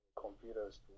computers